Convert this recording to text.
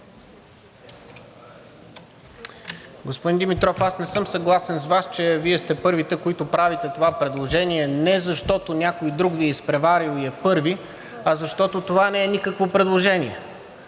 Господин Димитров, аз не съм съгласен с Вас, че Вие сте първите, които правите това предложение, не защото някой друг Ви е изпреварил и е първи, а защото това не е никакво предложение.